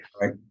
Right